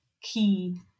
key